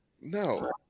No